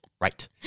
Right